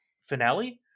finale